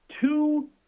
Two